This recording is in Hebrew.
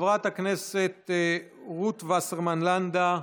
חברת הכנסת רות וסרמן לנדה,